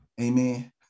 Amen